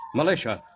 militia